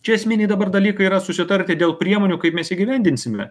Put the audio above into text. šie esminiai dabar dalykai yra susitarti dėl priemonių kaip mes įgyvendinsime